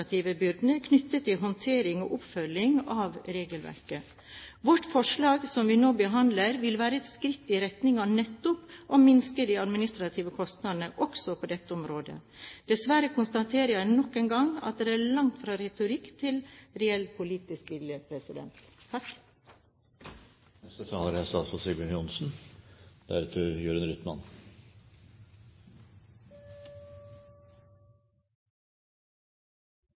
knyttet til håndtering og oppfølging av regelverket. Vårt forslag, som vi nå behandler, vil være et skritt i retning av nettopp å minske de administrative kostnadene også på dette området. Dessverre konstaterer jeg nok en gang at det er langt fra retorikk til reell politisk vilje. Noen få ord om den saken vi nå behandler. Først: Det er